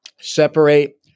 separate